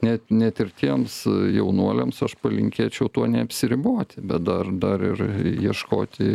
net net ir tiems jaunuoliams aš palinkėčiau tuo neapsiriboti bet dar dar ir ieškoti